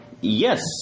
Yes